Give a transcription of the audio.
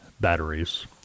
batteries